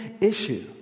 issue